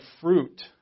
fruit